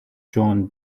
john